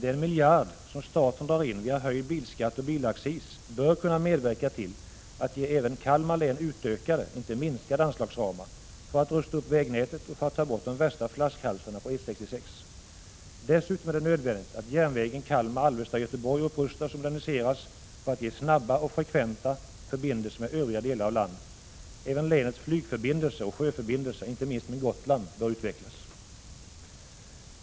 Den miljard som staten drar in via höjd bilskatt och bilaccis bör kunna medverka till att ge även Kalmar län utökade, inte minskade, anslagsramar, för upprustning av vägnätet och för borttagande av de värsta flaskhalsarna på E 66. Dessutom är det nödvändigt att järnvägen Kalmar-Alvesta-Göteborg upprustas och moderniseras för att ge snabba och frekventa förbindelser med övriga delar av landet. Även länets flygförbindelser och sjöförbindelser, inte minst med Gotland, bör utvecklas.